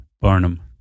Barnum